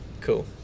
cool